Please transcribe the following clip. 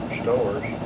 stores